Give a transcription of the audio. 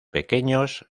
pequeños